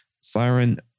Siren